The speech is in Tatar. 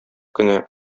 кенә